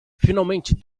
finalmente